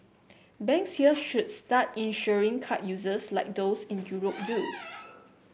banks here should start insuring card users like those in Europe do